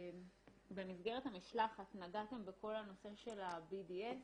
במסגרת המשלחת נגעתם בכל הנושא של ה-BDS,